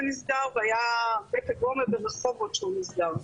נסגר והיה בית הגומא ברחובות שהוא נסגר.